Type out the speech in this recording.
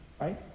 right